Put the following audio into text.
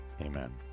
Amen